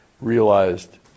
realized